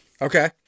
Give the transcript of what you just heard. Okay